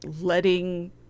letting